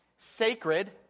Sacred